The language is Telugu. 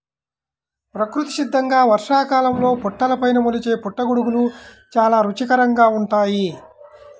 ప్రకృతి సిద్ధంగా వర్షాకాలంలో పుట్టలపైన మొలిచే పుట్టగొడుగులు చాలా రుచికరంగా ఉంటాయి